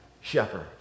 shepherd